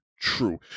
true